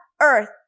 earth